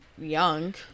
young